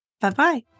Bye-bye